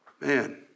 Man